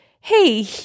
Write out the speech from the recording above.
hey